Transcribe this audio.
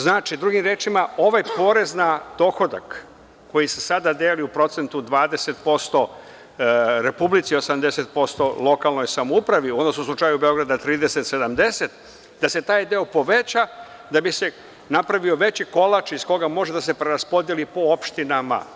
Znači, drugim rečima ovaj porez na dohodak koji se sada deli u procentu 20% Republici, 80% lokalnoj samoupravi, odnosno u slučaju Beograda 30%, 70%, da se taj deo poveća da bi se napravio veći kolač iz koga može da se preraspodeli po opštinama.